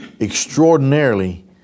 Extraordinarily